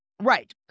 Right